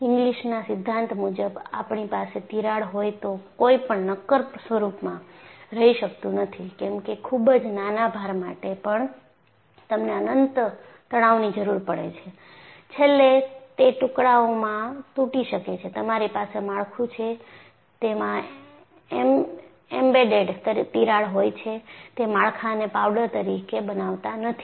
ઇંગ્લિસના સિધ્ધાંત મુજબ આપણી પાસે તિરાડ હોય તો કાઈપણ નક્કર સ્વરૂપમાં રહી શકતું નથી કેમકે ખૂબ જ નાના ભાર માટે પણ તમને અનંત તણાવની જરૂર પડે છે છેલ્લે તે ટુકડાઓમાં તૂટી શકે છે તમારી પાસે માળખું છે તેમાં એમ્બેડેડ તિરાડ હોય છે તે માળખાને પાવડર તરીકે બનાવતા નથી